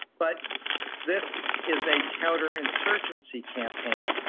but this is a counterinsurgency campaign,